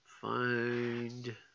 find